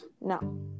No